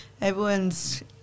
everyone's